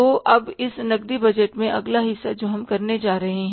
तो अब इस नकदी बजट में अगला हिस्सा जो हम करने जा रहे हैं